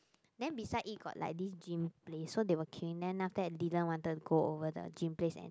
then beside it got like this gin place they were queuing then after that Dylan wanted go over the gin place and